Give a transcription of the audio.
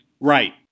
Right